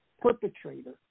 perpetrator